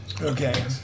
Okay